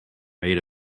made